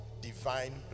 divine